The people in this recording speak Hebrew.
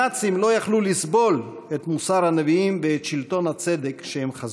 הנאצים לא יכלו לסבול את מוסר הנביאים ואת שלטון הצדק שהם חזו.